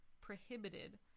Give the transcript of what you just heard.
prohibited